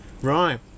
right